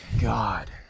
God